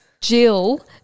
Jill